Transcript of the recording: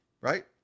right